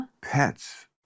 pets